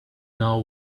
know